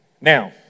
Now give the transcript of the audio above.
Now